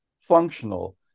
functional